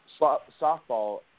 softball